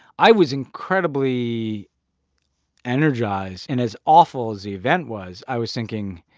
i was incredibly energized. and as awful as the event was, i was thinking,